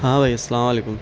ہاں بھائی السلام علیکم